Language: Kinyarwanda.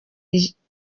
iciro